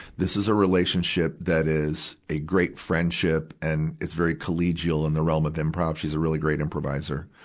this is a relationship that is a great friendship and it's very collegial in the realm of improve. she's a really great improviser,